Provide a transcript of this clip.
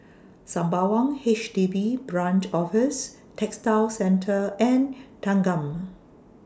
Sembawang H D B Branch Office Textile Centre and Thanggam